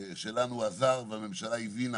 שלנו עזר, והממשלה הבינה